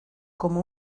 como